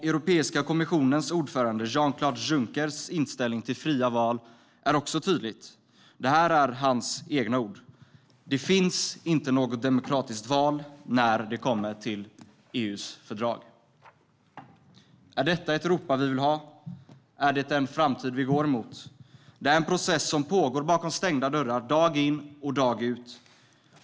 Europeiska kommissionens ordförande Jean-Claude Junckers inställning till fria val är också tydlig. Detta är hans egna ord: "Det finns inte något demokratiskt val när det kommer till EU:s fördrag." Är detta ett Europa som vi vill ha? Är det den framtid som vi går mot? Det här är en process som pågår bakom stängda dörrar dag in och dag ut.